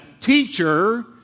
teacher